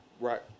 Right